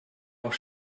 auch